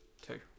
two